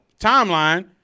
timeline